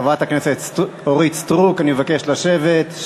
חברת הכנסת אורית סטרוק, אני מבקש לשבת.